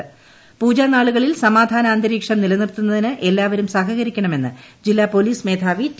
കുംഭമാസ പൂജാ ന്ന്ാളുകളിൽ സമാധാന അന്തരീക്ഷം നിലനിർത്തുന്നതിന് എല്ലാവരും സഹകരിക്കണമെന്ന് ജില്ലാ പോലീസ് മേധാവി ടി